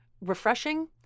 refreshing